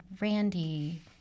Randy